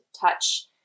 touch